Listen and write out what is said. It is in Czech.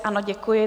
Ano, děkuji.